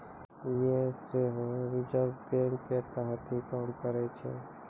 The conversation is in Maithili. यें सेहो रिजर्व बैंको के तहत ही काम करै छै